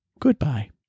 Goodbye